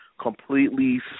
completely